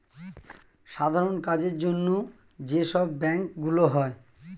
সাধারণ কাজের জন্য যে সব ব্যাংক গুলো হয়